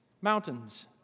mountains